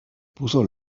puso